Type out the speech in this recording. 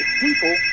people